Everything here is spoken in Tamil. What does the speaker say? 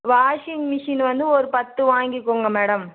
வாஷிங் மிஷினு வந்து ஒரு பத்து வாங்கிக்கோங்க மேடம்